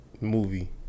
movie